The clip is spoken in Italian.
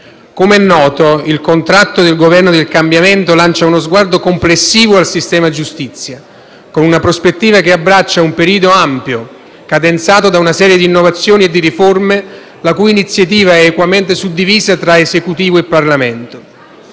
Come è noto, il contratto del Governo del cambiamento lancia uno sguardo complessivo al sistema giustizia, con una prospettiva che abbraccia un periodo ampio, cadenzato da una serie di innovazioni e di riforme, la cui iniziativa è equamente suddivisa tra Esecutivo e Parlamento.